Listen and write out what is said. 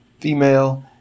female